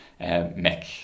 Mick